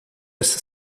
essa